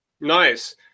Nice